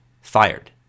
fired